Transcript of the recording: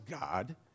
God